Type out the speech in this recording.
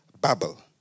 bubble